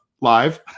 live